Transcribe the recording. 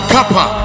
Kappa